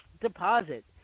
deposit